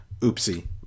oopsie